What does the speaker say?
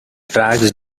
tracks